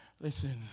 listen